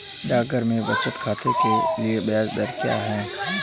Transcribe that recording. डाकघरों में बचत खाते के लिए ब्याज दर क्या है?